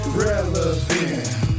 relevant